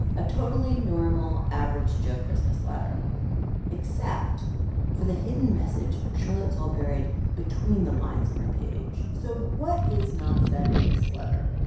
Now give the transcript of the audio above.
a totally normal, average-joe christmas letter except for the hidden message charlotte saw buried between the lines on the page so what is not said in this letter?